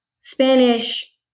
Spanish